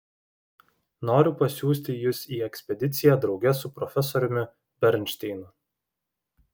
noriu pasiųsti jus į ekspediciją drauge su profesoriumi bernšteinu